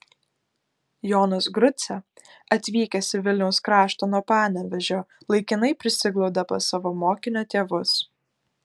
jonas grucė atvykęs į vilniaus kraštą nuo panevėžio laikinai prisiglaudė pas savo mokinio tėvus